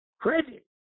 credit